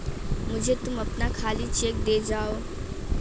मुझे तुम अपना खाली चेक दे जाओ